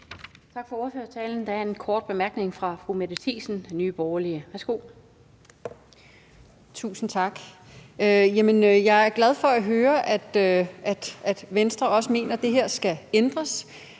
Tak for ordførertalen. Der er en kort bemærkning fra fru Mette Thiesen, Nye Borgerlige. Værsgo. Kl. 13:09 Mette Thiesen (NB): Tusind tak. Jamen jeg er glad for at høre, at Venstre også mener, at det her skal ændres.